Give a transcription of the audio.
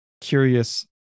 curious